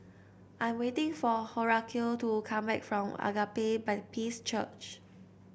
I'm waiting for Horacio to come back from Agape Baptist Church